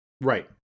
Right